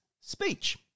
speech